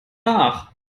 nach